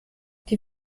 die